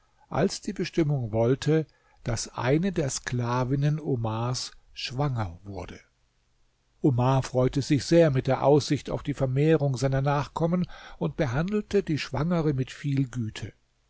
als die bestimmung wollte daß eine der sklavinnen omars schwanger wurde omar freute sich sehr mit der aussicht auf die vermehrung seiner nachkommen und behandelte die schwangere mit viel güte